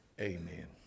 Amen